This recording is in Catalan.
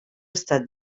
estat